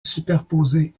superposer